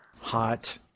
Hot